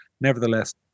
Nevertheless